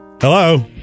Hello